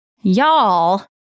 Y'all